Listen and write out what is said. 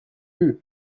vue